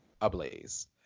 ablaze